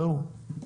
זהו?